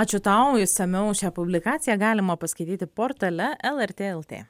ačiū tau išsamiau šią publikaciją galima paskaityti portale lrt lt